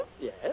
Yes